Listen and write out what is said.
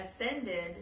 ascended